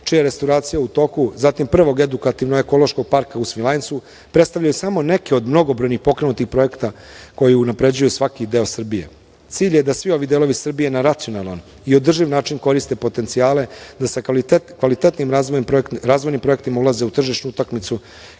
čija je restauracija u toku, zatim prvog edukativno-ekološkog parka u Svilajncu predstavljaju samo neke od mnogobrojnih pokrenutih projekata koji unapređuju svaki deo Srbije. Cilj je da svi ovi delovi Srbije na racionalan i održiv način koriste potencijale da sa kvalitetnim razvojnim projektima ulaze u tržišnu utakmicu,